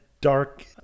dark